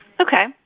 Okay